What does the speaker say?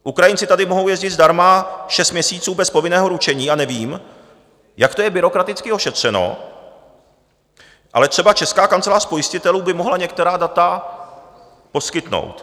Ukrajinci tady mohou jezdit zdarma šest měsíců bez povinného ručení a nevím, jak to je byrokraticky ošetřeno, ale třeba Česká kancelář pojistitelů by mohla některá data poskytnout.